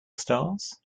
stars